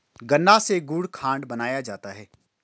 गन्ना से गुड़ खांड बनाया जाता है